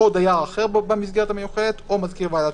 או דייר אחר במסגרת המיוחדת או מזכיר ועדת